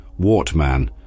Wartman